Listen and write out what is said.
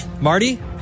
Marty